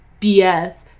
BS